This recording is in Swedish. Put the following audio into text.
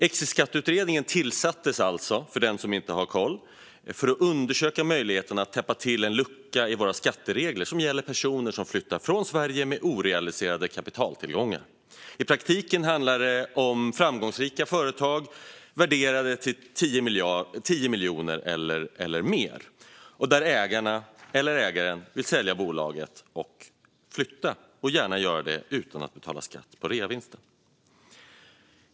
Exitskatteutredningen tillsattes alltså, för den som inte har koll, för att undersöka möjligheten att täppa till ett hål i våra skatteregler som gäller personer som flyttar från Sverige med orealiserade kapitaltillgångar. I praktiken handlar det om ägare av framgångsrika företag värderade till 10 miljoner eller mer som vill sälja bolaget och flytta - och gärna göra det utan att betala skatt på reavinsten.